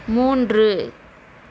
மூன்று